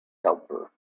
helper